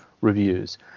reviews